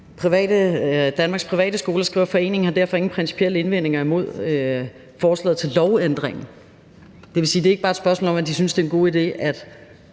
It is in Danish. Danmarks Private Skoler skriver: »Foreningen har derfor ingen principielle indvendinger mod forslaget til lovændringen«. Det vil sige, at det ikke bare er et spørgsmål om, at de synes, det er en god idé, at